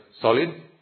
solid